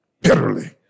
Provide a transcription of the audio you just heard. bitterly